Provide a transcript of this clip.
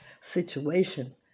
situation